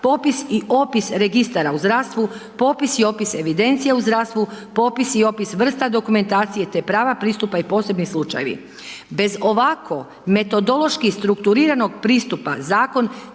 popis i opis registara u zdravstvu, popis i opis evidencija u zdravstvu, popis i opis vrsta dokumentacije te prava pristupa i posebni slučajevi. Bez ovako metodološki strukturiranog pristupa zakon